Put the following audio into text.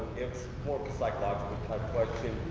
it's more of a psychological type question.